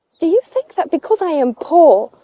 do you think that because i am poor,